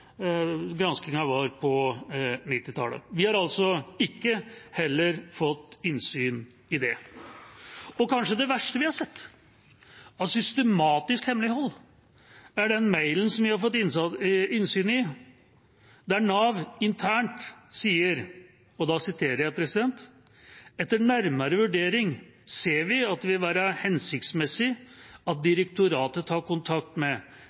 Vi har altså heller ikke fått innsyn i det. Og kanskje det verste vi har sett av systematisk hemmelighold, er den mailen vi har fått innsyn i, der Nav internt sier at «etter nærmere vurdering ser vi at det vil være hensiktsmessig at direktoratet tar kontakt med